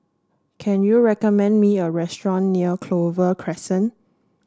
can you recommend me a restaurant near Clover Crescent